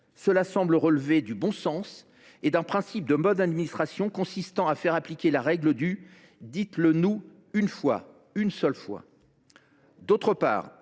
Cela semble relever du bon sens et d’un principe de bonne administration. Il s’agit de faire appliquer la règle du « dites le nous une fois ». Le second